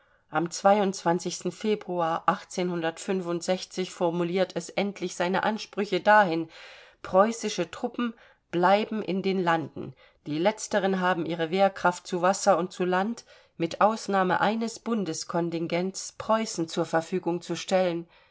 am februar formuliert es endlich seine ansprüche dahin preußische truppen bleiben in den landen die letzteren haben ihre wehrkraft zu wasser und zu land mit ausnahme eines bundeskontingents preußen zur verfügung zu stellen